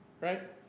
Right